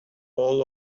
all